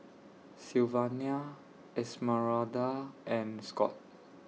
Sylvania Esmeralda and Scott